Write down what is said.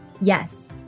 Yes